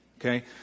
Okay